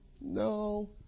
No